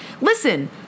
Listen